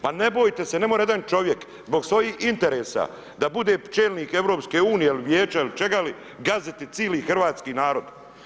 Pa ne bojte se, ne može jedan čovjek zbog svojih interesa da bude čelnik EU ili Vijeća ili čega li gaziti cijeli hrvatski narod.